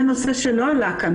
ונושא שלא עלה כאן,